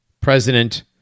President